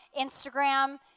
Instagram